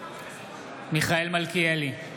מיכאל מלכיאלי,